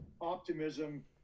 optimism